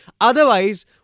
Otherwise